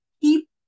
keep